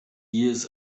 years